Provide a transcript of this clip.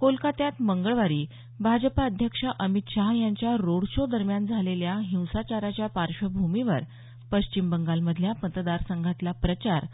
कोलकात्यात मंगळवारी भाजपा अध्यक्ष अमित शाह यांच्या रोड शो दरम्यान झालेल्या हिंसाचाराच्या पार्श्वभूमीवर पश्चिम बंगालमधल्या मतदारसंघातला प्रचार